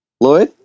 Lloyd